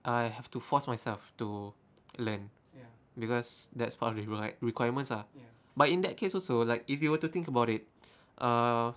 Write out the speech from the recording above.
I have to force myself to learn because that's part of the like requirements ah but in that case also like if you were to think about it ah